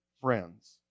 friends